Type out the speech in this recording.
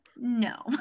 No